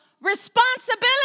responsibility